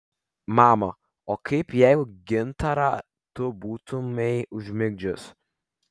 mama o kaip jeigu gintarą tu būtumei užmigdžius